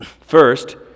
First